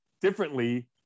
differently